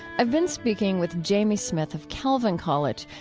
i've been speaking with jamie smith of calvin college,